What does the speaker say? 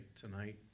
tonight